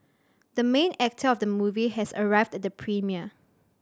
the main actor of the movie has arrived at the premiere